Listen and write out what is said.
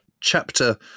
chapter